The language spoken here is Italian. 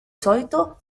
solito